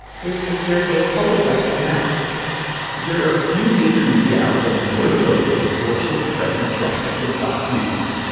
here's npr's david folkenflik on that there are few major media outlets more devoted to the fortunes of president trump than fox news.